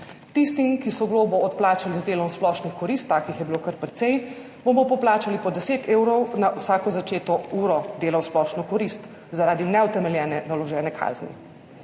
Tistim, ki so globo odplačali z delom v splošno korist, takih je bilo kar precej, bomo poplačali po deset evrov na vsako začeto uro dela v splošno korist zaradi neutemeljeno naložene kazni.